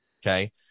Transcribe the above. Okay